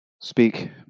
speak